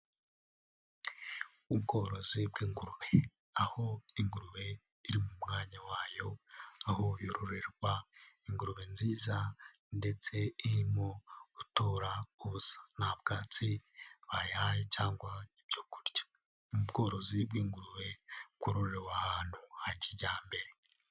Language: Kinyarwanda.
Ubworozi bw'ingurube, aho ingurube iri mu mwanya wayo, aho yororerwa, ingurube nziza ndetse irimo gutora ubusa, nta bwatsi bayihaye cyangwa ibyo kurya, ubworozi bw'ingurube bwororewe ahantu ha kijyambere.